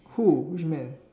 who which man